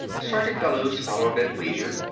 sergeant bellews followed at leisure.